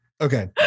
okay